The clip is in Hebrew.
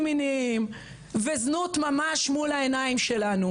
מיניים וזנות ממש מול העיניים שלנו,